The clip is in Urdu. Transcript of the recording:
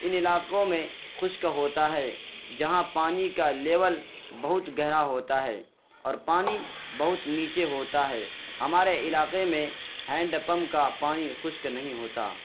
ان علاقوں میں خشک ہوتا ہے جہاں پانی کا لیول بہت گہرا ہوتا ہے اور پانی بہت نیچے ہوتا ہے ہمارے علاقے میں ہینڈ پمپ کا پانی خشک نہیں ہوتا